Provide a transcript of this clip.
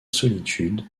solitude